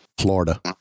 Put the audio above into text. Florida